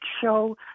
show